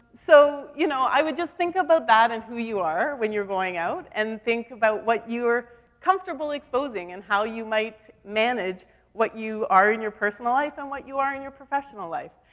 so, you know, i would just think about that and who you are when you're going out, and think about what you are comfortable exposing, and how you might manage what you are in your personal life and what you are in your professional life.